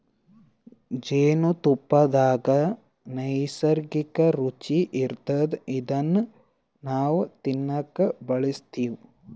ಜೇನ್ತುಪ್ಪದಾಗ್ ನೈಸರ್ಗಿಕ್ಕ್ ರುಚಿ ಇರ್ತದ್ ಇದನ್ನ್ ನಾವ್ ತಿನ್ನಕ್ ಬಳಸ್ತಿವ್